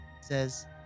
says